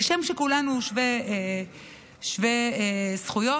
כשם שכולנו שווי זכויות,